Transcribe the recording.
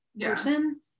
person